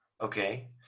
Okay